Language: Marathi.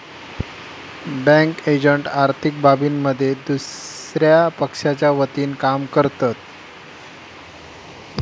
बँक एजंट आर्थिक बाबींमध्ये दुसया पक्षाच्या वतीनं काम करतत